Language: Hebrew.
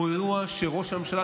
הוא אירוע שראש הממשלה,